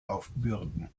aufbürden